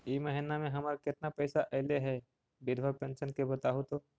इ महिना मे हमर केतना पैसा ऐले हे बिधबा पेंसन के बताहु तो?